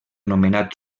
nomenat